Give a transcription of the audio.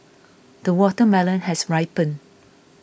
the watermelon has ripened